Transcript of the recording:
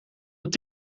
het